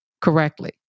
correctly